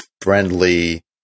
friendly